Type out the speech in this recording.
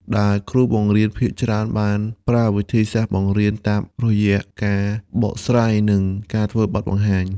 ដែលគ្រូបង្រៀនភាគច្រើនបានប្រើវិធីសាស្ត្របង្រៀនតាមរយៈការបកស្រាយនិងការធ្វើបទបង្ហាញ។